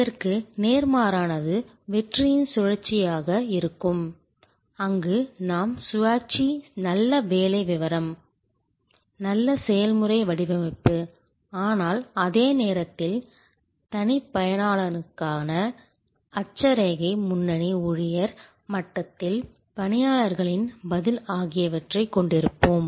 இதற்கு நேர்மாறானது வெற்றியின் சுழற்சியாக இருக்கும் அங்கு நாம் சுயாட்சி நல்ல வேலை விவரம் நல்ல செயல்முறை வடிவமைப்பு ஆனால் அதே நேரத்தில் தனிப்பயனாக்கலுக்கான அட்சரேகை முன்னணி ஊழியர் மட்டத்தில் பணியாளர்களின் பதில் ஆகியவற்றைக் கொண்டிருப்போம்